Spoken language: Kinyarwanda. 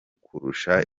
kurusha